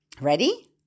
Ready